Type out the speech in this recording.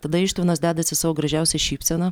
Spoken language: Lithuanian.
tada ištvanas dedasi savo gražiausią šypseną